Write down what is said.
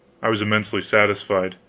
i was immensely satisfied.